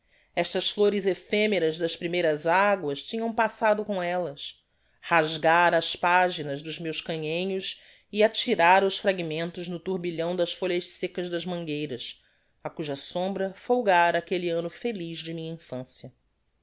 estas flores ephemeras das primeiras aguas tinham passado com ellas rasgara as paginas dos meus canhenhos e atirara os fragmentos no turbilhão das folhas seccas das mangueiras á cuja sombra folgara aquelle anno feliz de minha infancia